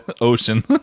ocean